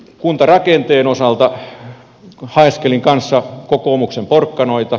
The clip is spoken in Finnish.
kuntarakenteen osalta haeskelin kanssa kokoomuksen porkkanoita